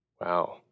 Wow